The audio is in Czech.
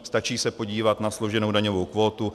Stačí se podívat na složenou daňovou kvótu.